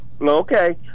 Okay